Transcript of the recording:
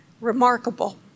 remarkable